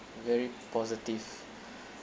very positive